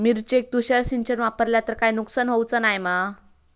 मिरचेक तुषार सिंचन वापरला तर काय नुकसान होऊचा नाय मा?